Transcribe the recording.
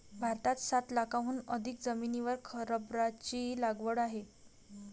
भारतात सात लाखांहून अधिक जमिनीवर रबराची लागवड आहे